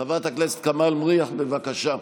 חברת הכנסת כמאל מריח, בבקשה.